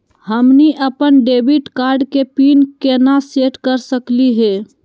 हमनी अपन debit card के पीन केना सेट कर सकली हे?